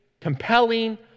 compelling